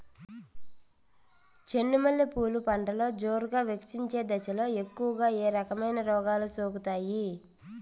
చెండు మల్లె పూలు పంటలో జోరుగా వికసించే దశలో ఎక్కువగా ఏ రకమైన రోగాలు సోకుతాయి?